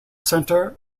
center